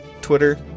Twitter